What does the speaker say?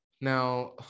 Now